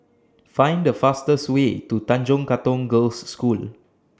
Find The fastest Way to Tanjong Katong Girls' School